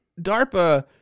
DARPA